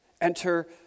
Enter